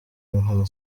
nka